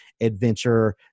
adventure